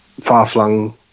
far-flung